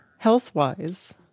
health-wise